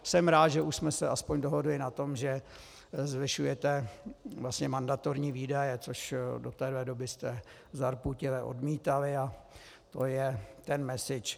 Jsem rád, že už jsme se aspoň dohodli na tom, že zvyšujete mandatorní výdaje, což do téhle doby jste zarputile odmítali, a to je ten message.